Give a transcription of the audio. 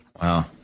Wow